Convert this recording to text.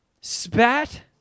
Spat